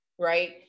right